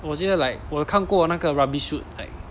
我觉得 like 我有看过那个 rubbish chute like